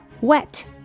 wet